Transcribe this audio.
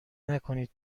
نکنید